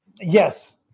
Yes